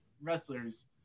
wrestlers